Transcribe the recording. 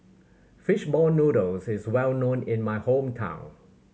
fish ball noodles is well known in my hometown